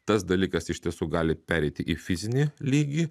tas dalykas iš tiesų gali pereiti į fizinį lygį